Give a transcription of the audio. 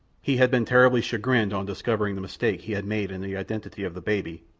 he had been terribly chagrined on discovering the mistake he had made in the identity of the baby,